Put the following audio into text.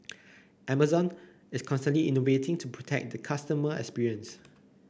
Amazon is constantly innovating to protect the customer experience